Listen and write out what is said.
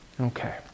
Okay